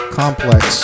complex